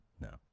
No